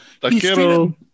Taquero